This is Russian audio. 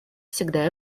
всегда